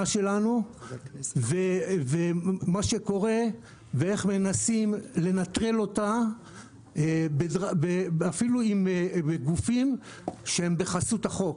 שלנו ואיך מנסים לנטרל אותה אפילו גופים שהם בחסות החוק.